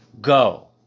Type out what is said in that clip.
Go